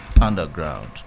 underground